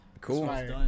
cool